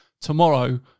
tomorrow